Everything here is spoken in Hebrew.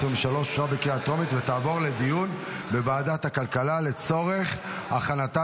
אושרה בקריאה טרומית ותעבור לדיון בוועדת הכלכלה לצורך הכנתה